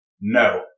no